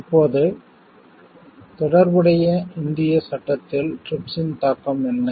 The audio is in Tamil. இப்போது தொடர்புடைய இந்திய சட்டத்தில் TRIPS ன் தாக்கம் என்ன